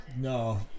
no